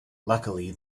luckily